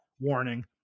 warning